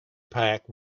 pack